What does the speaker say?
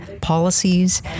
policies